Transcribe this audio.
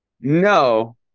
No